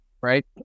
right